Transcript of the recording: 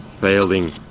failing